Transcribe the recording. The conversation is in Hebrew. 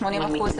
80 אחוזים,